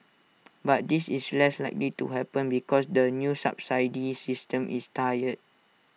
but this is less likely to happen because the new subsidy system is tiered